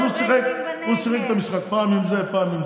ועדה שאמורה לדון